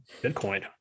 Bitcoin